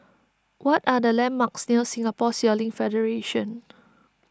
what are the landmarks near Singapore Sailing Federation